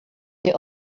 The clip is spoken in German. sie